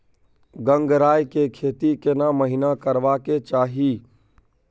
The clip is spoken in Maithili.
गंगराय के खेती केना महिना करबा के चाही?